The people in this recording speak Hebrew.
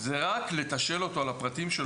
זה רק לתשאל אותו על הפרטים שלו.